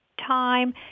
time